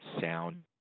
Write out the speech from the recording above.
sound